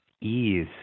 ease